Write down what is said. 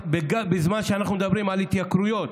בזמן שאנחנו מדברים על התייקרויות,